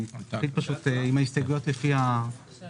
אני קורא את ההסתייגויות, את מה